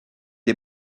est